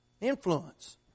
Influence